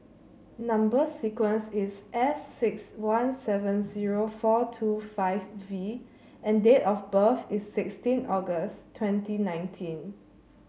number sequence is S six one seven zero four two five V and date of birth is sixteen August twenty nineteen